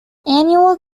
annual